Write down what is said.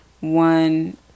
One